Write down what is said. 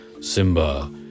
Simba